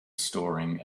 storing